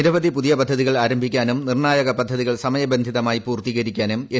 നിരവധി പുതിയ പദ്ധതികൾ ആരംഭിക്കാനും നിർണ്ണായക പദ്ധതികൾ സമയബന്ധിതമായി പൂർത്തീകരിക്കാനും എൻ